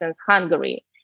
hungary